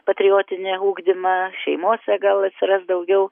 patriotinį ugdymą šeimose gal atsiras daugiau